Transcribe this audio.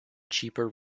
cheaper